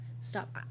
stop